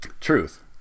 truth